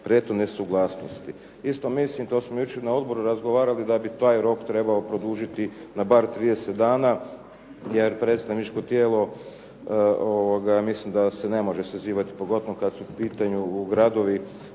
prethodne nesuglasnosti. Isto mislim, to smo jučer na odboru razgovarali da bi taj rok trebalo produžiti na bar 30 dana jer predstavničko tijelo mislim da se ne može sazivati, pogotovo kad su u pitanju gradovi,